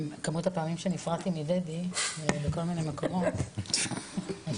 כמות הפעמים שנפרדתי מדדי, בכל מיני מקומות, אז